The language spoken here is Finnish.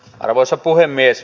arvoisa puhemies